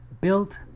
Built